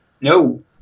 No